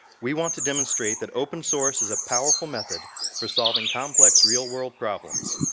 we want to demonstrate that open source is a powerful method for solving complex real world problems,